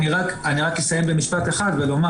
אני רק אסיים במשפט אחד ואני אומר